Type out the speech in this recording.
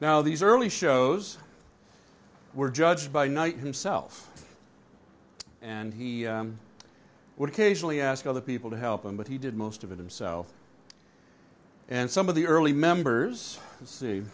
now these early shows were judged by night himself and he would occasionally ask other people to help him but he did most of it himself and some of the early members